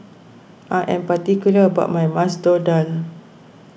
I am particular about my Masoor Dal